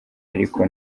ariko